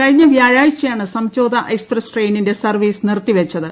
കഴിഞ്ഞ വ്യാഴാഴ്ചയാണ് സംഝോതാ എക്സ്പ്രിസ് ട്രെയിന്റെ സർവ്വീസ് നിർത്തിവച്ചത്